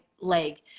leg